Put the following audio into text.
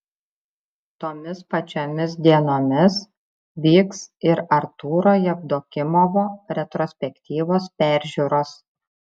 tomis pačiomis dienomis vyks ir artūro jevdokimovo retrospektyvos peržiūros